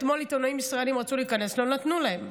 אתמול עיתונאים ישראלים רצו להיכנס ולא נתנו להם,